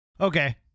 Okay